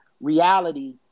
reality